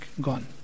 gone